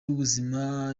y’ubuzima